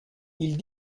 ils